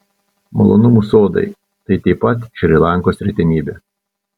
malonumų sodai tai taip pat šri lankos retenybė